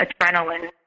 adrenaline